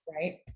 right